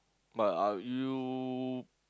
but I'll you